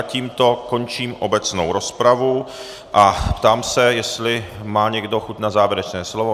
Tímto končím obecnou rozpravu a ptám se, jestli má někdo chuť na závěrečné slovo.